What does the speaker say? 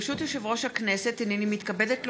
ברשות יושב-ראש הכנסת, הינני מתכבדת להודיעכם,